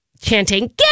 chanting